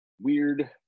weird